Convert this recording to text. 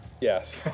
Yes